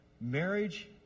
marriage